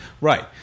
Right